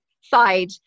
side